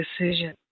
decision